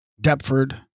Deptford